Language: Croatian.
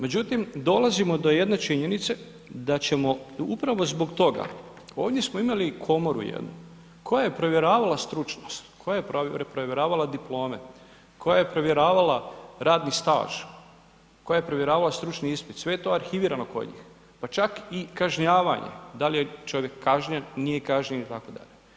Međutim, dolazimo do jedne činjenice da ćemo upravo zbog toga, ovdje smo imali komoru jednu koja je provjeravala stručnost, koja je provjeravala diplome, koja je provjeravala radni staž, koja je provjeravala stručni ispit, sve je to arhivirano kod njih, pa čak i kažnjavanje, da li je čovjek kažnjen, nije kažnjen itd.